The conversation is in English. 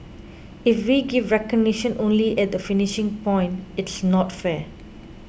if we give recognition only at the finishing point it's not fair